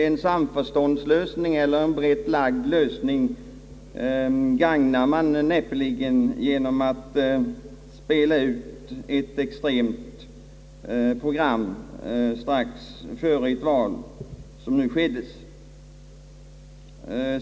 En samförståndslösning eller en brett lagd lösning gagnar man näppeligen genom att spela ut ett extremt program strax före ett val, såsom nu skedde.